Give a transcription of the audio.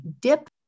dip